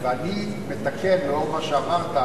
היוצא מן הכלל לא מעיד על הכלל.